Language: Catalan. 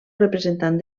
representant